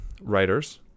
writers